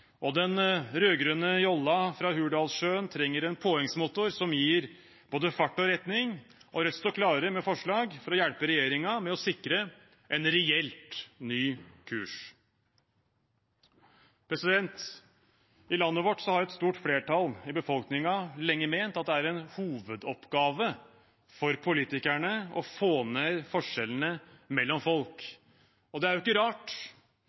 Den rød-grønne jolla fra Hurdalssjøen trenger en påhengsmotor som gir både fart og retning, og Rødt står klar med forslag for å hjelpe regjeringen med å sikre en reelt ny kurs. I landet vårt har et stort flertall i befolkningen lenge ment at det er en hovedoppgave for politikerne å få ned forskjellene mellom folk. Det er ikke rart,